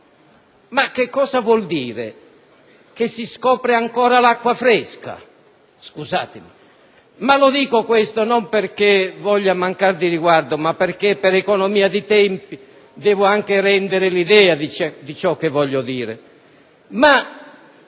in tre postulati, che si scopre ancora l'acqua fresca? Scusatemi, dico questo non perché voglia mancare di riguardo, ma perché per economia di tempi devo anche rendere l'idea di ciò che voglio dire.